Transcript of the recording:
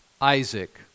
Isaac